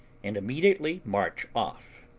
and immediately march off.